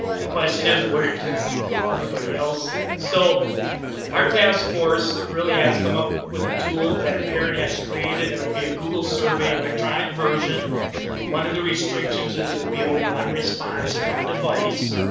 the question is where does everybody else sit, so our task force really has come up with a tool that aaron has created and it'll be a google survey, electronic version one of the restrictions is it'll be only one response per device.